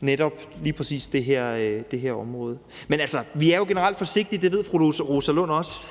med hensyn til lige præcis det her område. Men altså, vi er jo generelt forsigtige, det ved fru Rosa Lund også,